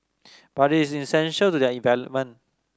but it's essential to their